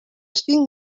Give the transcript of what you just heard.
cinc